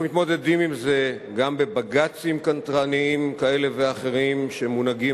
אנחנו מתמודדים עם זה גם בבג"צים קנטרניים כאלה ואחרים שמונהגים